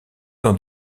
dans